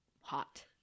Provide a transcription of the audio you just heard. hot